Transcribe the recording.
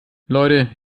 leute